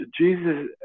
Jesus